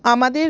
আমাদের